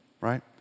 right